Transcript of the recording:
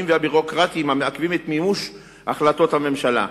והביורוקרטיים המעכבים את מימוש החלטות הממשלה.